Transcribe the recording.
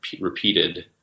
repeated